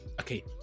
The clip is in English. okay